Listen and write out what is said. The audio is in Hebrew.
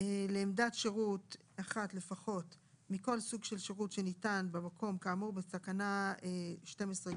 לעמדת שירות אחת לפחות מכל סוג של שירות שניתן במקום כאמור בתקנה 12ג(2);